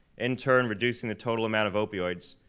in turn reducing the total amount of opioids.